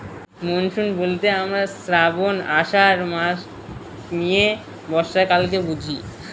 monsoon বলতে আমরা শ্রাবন, আষাঢ় মাস নিয়ে বর্ষাকালকে বুঝি